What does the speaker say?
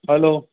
hello